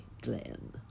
Glen